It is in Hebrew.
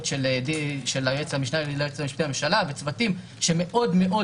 של המשנה ליועץ המשפטי לממשלה וצוותים שמאוד מאוד